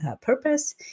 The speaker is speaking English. purpose